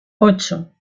ocho